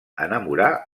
enamorar